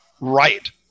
right